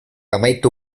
amaitu